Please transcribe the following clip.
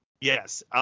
Yes